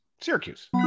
Syracuse